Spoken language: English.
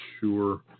sure